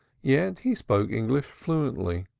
yet he spoke english fluently.